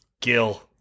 Gil